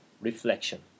reflection